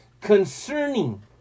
concerning